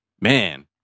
man